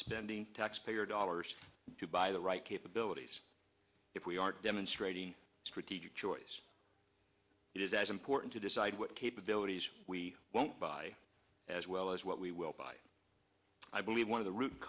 spending taxpayer dollars to buy the right capabilities if we are demonstrating a strategic choice it is as important to decide what capabilities we won't buy as well as what we will buy i believe one of the root